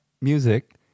music